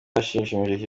yashimishije